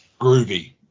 Groovy